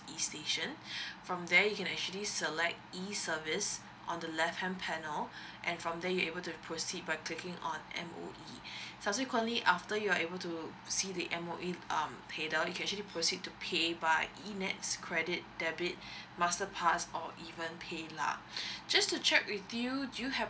E_station from there you can actually select E_service on the left hand panel and from there you able to proceed by clicking on M_O_E subsequently after you're able to see the M_O_E um you actually proceed to pay by enets credit debit master pass or even paylah just to check with you do you have happen